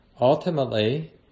ultimately